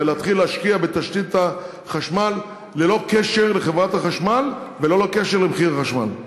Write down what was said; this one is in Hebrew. ולהתחיל להשקיע בתשתית החשמל ללא קשר לחברת החשמל וללא קשר למחיר החשמל.